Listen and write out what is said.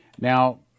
Now